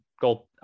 Gold